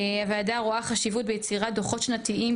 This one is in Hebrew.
8. הוועדה רואה חשיבות ביצירת דוחות שנתיים,